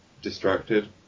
distracted